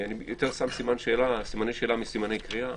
אני שם יותר סימני שאלה מסימני קריאה